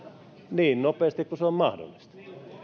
niin nopeasti kuin se on mahdollista